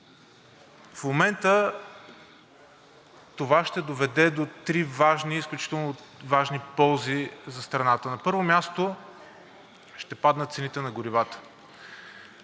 В момента това ще доведе до три изключително важни ползи за страната. На първо място, ще паднат цените на горивата.